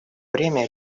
время